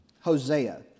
Hosea